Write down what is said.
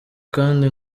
kandi